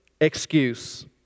excuse